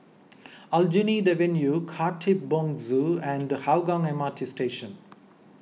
Aljunied Avenue Khatib Bongsu and Hougang M R T Station